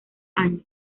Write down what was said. años